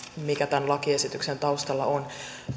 mikä tämän lakiesityksen taustalla on